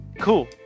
cool